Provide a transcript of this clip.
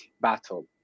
battle